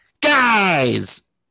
guys